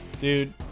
dude